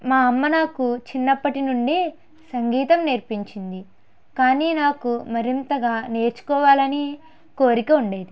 మా అమ్మ నాకు చిన్నప్పటి నుండి సంగీతం నేర్పించింది కాని నాకు మరింతగా నేర్చుకోవాలని కోరిక ఉండేది